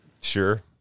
Sure